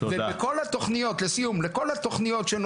ולכל התוכניות שנותנים,